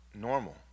normal